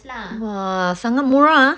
!wah! sangat murah ah